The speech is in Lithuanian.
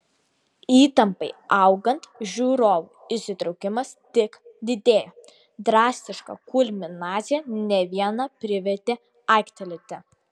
įtampai augant žiūrovų įsitraukimas tik didėjo drastiška kulminacija ne vieną privertė aiktelėti